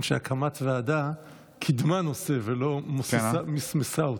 שהקמת ועדה קידמה נושא ולא מסמסה אותו.